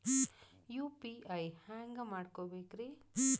UPI ಹ್ಯಾಂಗ ಮಾಡ್ಕೊಬೇಕ್ರಿ?